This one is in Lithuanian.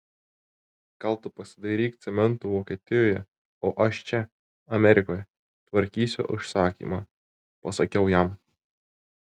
gal tu pasidairyk cemento vokietijoje o aš čia amerikoje tvarkysiu užsakymą pasakiau jam